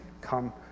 come